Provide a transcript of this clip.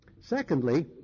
Secondly